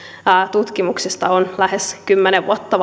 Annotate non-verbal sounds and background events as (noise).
tutkimuksistamme on lähes kymmenen vuotta (unintelligible)